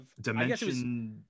dimension